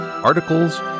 articles